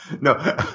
No